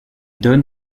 donne